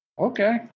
Okay